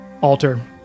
alter